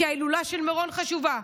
כי ההילולה של מירון חשובה.